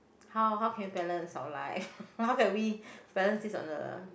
how how can we balance our life how can we balance this on a